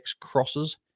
crosses